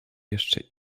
jeszcze